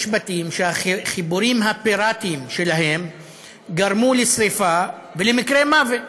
יש בתים שהחיבורים הפיראטיים שלהם גרמו לשרפה ולמוות,